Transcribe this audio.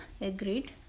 agreed